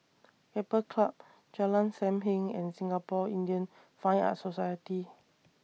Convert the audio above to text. Keppel Club Jalan SAM Heng and Singapore Indian Fine Arts Society